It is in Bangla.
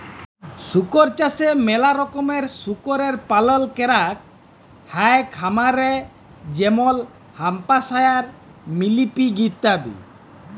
শুকর চাষে ম্যালা রকমের শুকরের পালল ক্যরাক হ্যয় খামারে যেমল হ্যাম্পশায়ার, মিলি পিগ ইত্যাদি